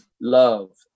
love